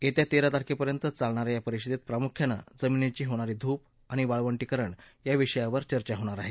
येत्या तेरा तारखेपर्यंत चालणा या या परीषदेत प्रामुख्यानं जमीनीची होणारी धूप आणि वाळवंटीकरण या विषयावर चर्चा होणार आहे